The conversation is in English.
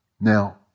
Now